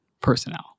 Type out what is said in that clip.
personnel